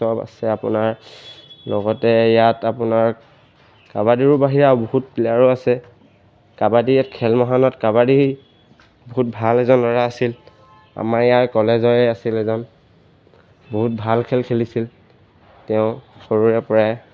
চব আছে আপোনাৰ লগতে ইয়াত আপোনাৰ কাবাডীৰো বাহিৰা বহুত প্লেয়াৰো আছে কাবাডী ইয়াত খেল মহাৰণত কাবাডী বহুত ভাল এজন ল'ৰা আছিল আমাৰ ইয়াৰ কলেজৰে আছিল এজন বহুত ভাল খেল খেলিছিল তেওঁ সৰুৰে পৰাই